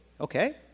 Okay